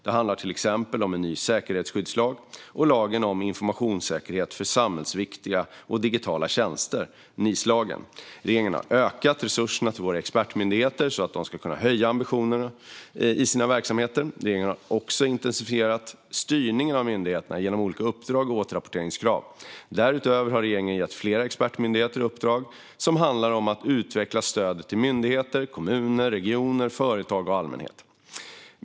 Det handlar till exempel om en ny säkerhetsskyddslag och lagen om informationssäkerhet för samhällsviktiga och digitala tjänster, NIS-lagen. Regeringen har ökat resurserna till våra expertmyndigheter så att de ska kunna höja ambitionerna i sina verksamheter. Regeringen har också intensifierat styrningen av myndigheterna genom olika uppdrag och återrapporteringskrav. Därutöver har regeringen gett flera expertmyndigheter uppdrag som handlar om att utveckla stödet till myndigheter, kommuner, regioner, företag och allmänheten.